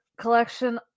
collection